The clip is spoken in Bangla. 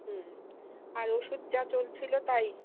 হুম আর ওষুধ যা চলছিলো তাই